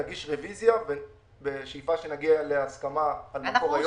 תגיש רוויזיה בשאיפה שנגיע להסכמה על המקור.